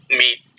meet